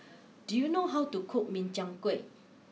do you know how to cook Min Chiang Kueh